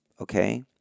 okay